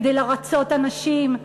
כדי לרצות אנשים.